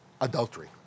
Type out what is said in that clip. adultery